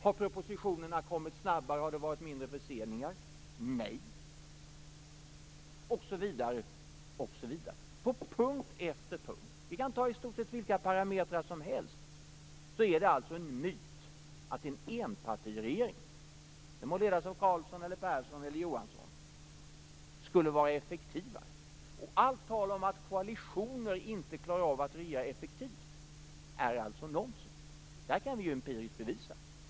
Har propositionerna kommit snabbare, och har det varit färre förseningar? Svaret är nej. Så här är det på punkt efter punkt. Vi kan ta i stort sett vilka parametrar som helst. Det är alltså en myt att en enpartiregering - den må ledas av Carlsson, Persson eller Johansson - är effektivare. Och allt tal om att koalitioner inte klarar av att regera effektivt är alltså nonsens. Det kan vi empiriskt bevisa.